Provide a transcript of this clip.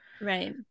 Right